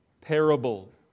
parable